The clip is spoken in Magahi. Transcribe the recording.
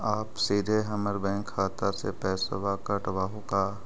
आप सीधे हमर बैंक खाता से पैसवा काटवहु का?